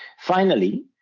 finally,